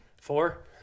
Four